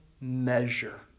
measure